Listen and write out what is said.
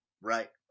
Right